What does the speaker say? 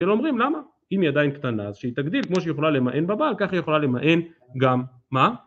אומרים למה אם היא עדיין קטנה אז שהיא תגדיל כמו שיכולה למען בבעל כך היא יכולה למען גם מה